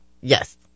Yes